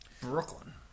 Brooklyn